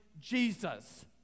Jesus